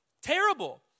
Terrible